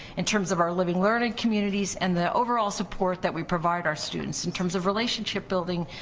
in terms of our living-learning communities and the overall support that we provide our students, in terms of relationship building,